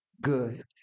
good